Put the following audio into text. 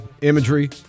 imagery